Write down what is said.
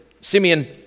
Simeon